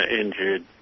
injured